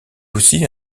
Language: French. aussi